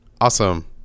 Awesome